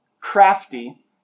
crafty